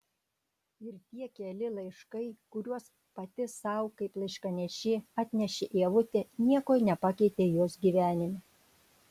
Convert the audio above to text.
ir tie keli laiškai kuriuos pati sau kaip laiškanešė atnešė ievutė nieko nepakeitė jos gyvenime